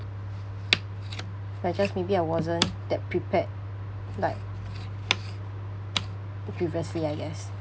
but just maybe I wasn't that prepared like previously I guess